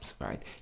right